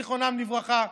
זיכרונם לברכה,